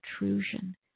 intrusion